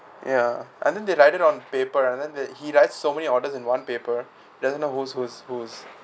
ya and then they write it on paper and then they he write so many orders in one paper doesn't know whose whose whose